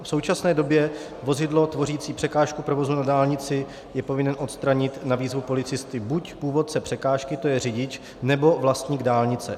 V současné době vozidlo tvořící překážku provozu na dálnici je povinen odstranit na výzvu policisty buď původce překážky, tj. řidič, nebo vlastník dálnice.